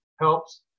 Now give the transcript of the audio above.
helps